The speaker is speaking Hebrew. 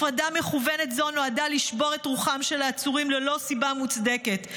הפרדה מכוונת זו נועדה לשבור את רוחם של העצורים ללא סיבה מוצדקת.